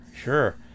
sure